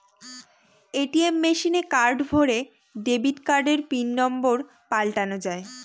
ATM মেশিনে card ভোরে debit কার্ডের পিন নম্বর পাল্টানো যায়